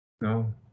No